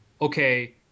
okay